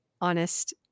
honest